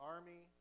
Army